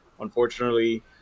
Unfortunately